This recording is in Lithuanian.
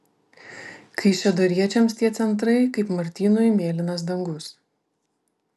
kaišiadoriečiams tie centrai kaip martynui mėlynas dangus